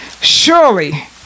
Surely